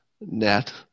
net